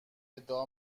ادعا